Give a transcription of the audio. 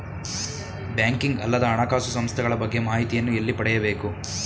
Banking ಅಲ್ಲದ ಹಣಕಾಸು ಸಂಸ್ಥೆಗಳ ಬಗ್ಗೆ ಮಾಹಿತಿಯನ್ನು ಎಲ್ಲಿ ಪಡೆಯಬೇಕು?